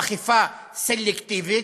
מה זה אם לא אכיפה סלקטיבית?